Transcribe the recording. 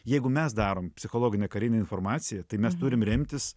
jeigu mes darom psichologinę karinę informaciją tai mes turim remtis